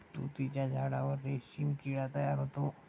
तुतीच्या झाडावर रेशीम किडा तयार होतो